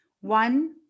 One